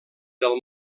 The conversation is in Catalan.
del